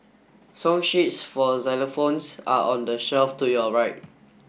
song sheets for xylophones are on the shelf to your right